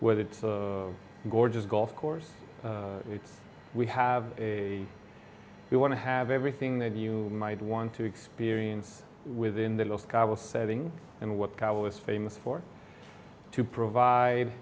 whether it's a gorgeous golf course we have a we want to have everything that you might want to experience within the last guy was setting and what guy was famous for to provide